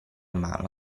mano